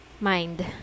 mind